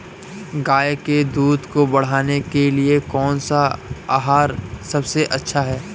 गाय के दूध को बढ़ाने के लिए कौनसा आहार सबसे अच्छा है?